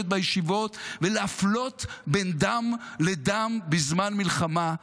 בישיבות ולהפלות בין דם לדם בזמן מלחמה,